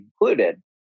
included